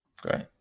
Great